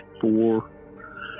four